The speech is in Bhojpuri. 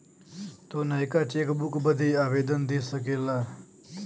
तू नयका चेकबुक बदे आवेदन दे सकेला